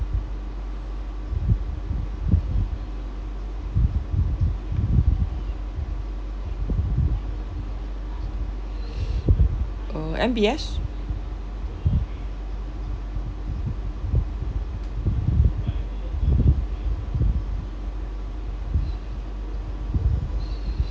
uh M_B_S